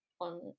on